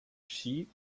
sheep